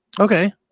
Okay